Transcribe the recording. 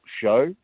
show